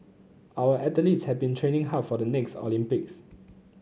our athletes have been training hard for the next Olympics